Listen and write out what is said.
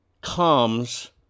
comes